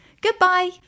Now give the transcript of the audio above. Goodbye